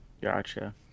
Gotcha